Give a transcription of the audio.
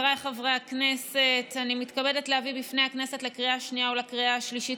בפני הכנסת לקריאה השנייה ולקריאה השלישית